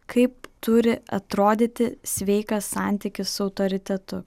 kaip turi atrodyti sveikas santykis su autoritetu